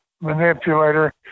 manipulator